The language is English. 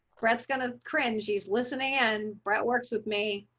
brett's gonna cringe. he's listening and brett works with me.